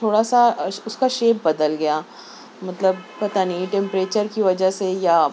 تھوڑا سا اس اس کا شیپ بدل گیا مطلب پتہ نہیں ٹمپریچر کی وجہ سے یا